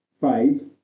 phase